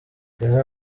keza